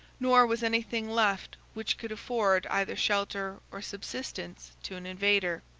nor was any thing left which could afford either shelter or subsistence to an invader.